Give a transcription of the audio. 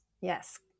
Yes